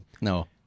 No